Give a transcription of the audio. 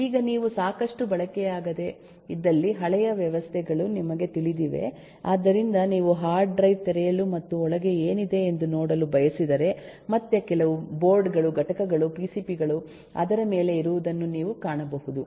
ಈಗ ನೀವು ಸಾಕಷ್ಟು ಬಳಕೆಯಾಗದೆ ಇದ್ದಲ್ಲಿ ಹಳೆಯ ವ್ಯವಸ್ಥೆಗಳು ನಿಮಗೆ ತಿಳಿದಿವೆ ಆದ್ದರಿಂದ ನೀವು ಹಾರ್ಡ್ ಡ್ರೈವ್ ತೆರೆಯಲು ಮತ್ತು ಒಳಗೆ ಏನಿದೆ ಎಂದು ನೋಡಲು ಬಯಸಿದರೆ ಮತ್ತು ಕೆಲವು ಬೋರ್ಡ್ ಗಳು ಘಟಕಗಳು ಪಿಸಿಬಿ ಗಳು ಅದರ ಮೇಲೆ ಇರುವುದನ್ನು ನೀವು ಕಾಣಬಹುದು